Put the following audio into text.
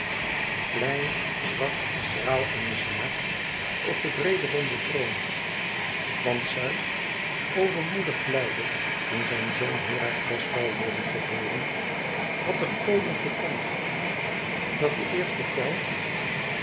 klein zwak schraal en mismaakt op den breeden ronden troon want zeus overmoedig blijde toen zijn zoon herakles zoû worden geboren had den goden gekondigd dat de eerste telg